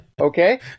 okay